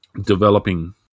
developing